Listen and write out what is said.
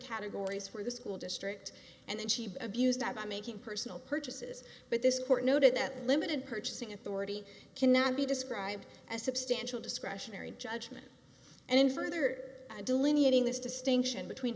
categories for the school district and then she abused that by making personal purchases but this court noted that limited purchasing authority cannot be described as substantial discretionary judgment and in further delineating this distinction between